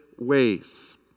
ways